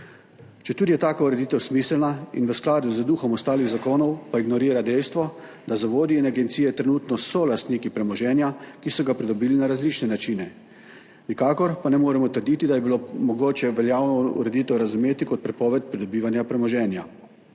Četudi je taka ureditev smiselna in v skladu z duhom ostalih zakonov, pa ignorira dejstvo, da zavodi in agencije trenutno so lastniki premoženja, ki so ga pridobili na različne načine, nikakor pa ne moremo trditi, da je bilo mogoče veljavno ureditev razumeti kot prepoved pridobivanja premoženja.